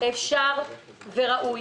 אפשר וראוי